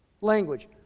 language